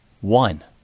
One